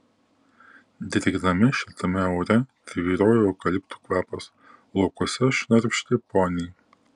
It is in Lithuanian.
drėgname šiltame ore tvyrojo eukaliptų kvapas laukuose šnarpštė poniai